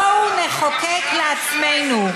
בואו נחוקק לעצמנו.